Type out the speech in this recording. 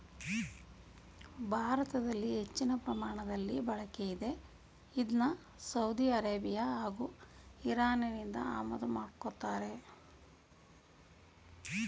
ಭಾರತದಲ್ಲಿ ಹೆಚ್ಚಿನ ಪ್ರಮಾಣದಲ್ಲಿ ಬಳಕೆಯಿದೆ ಇದ್ನ ಸೌದಿ ಅರೇಬಿಯಾ ಹಾಗೂ ಇರಾನ್ನಿಂದ ಆಮದು ಮಾಡ್ಕೋತಾರೆ